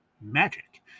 Magic